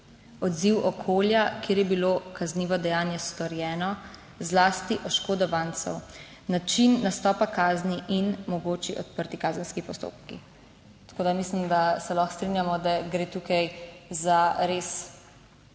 odziv okolja, kjer je bilo kaznivo dejanje storjeno, zlasti oškodovancev, način nastopa kazni in mogoči odprti kazenski postopki. Tako da mislim, da se lahko strinjamo, da gre tukaj za res prav